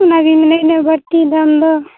ᱚᱱᱟᱜᱮᱧ ᱢᱮᱱᱮᱫ ᱠᱟᱱᱟ ᱵᱟᱹᱲᱛᱤ ᱫᱟᱢ ᱫᱚ